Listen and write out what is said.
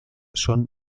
son